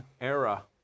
era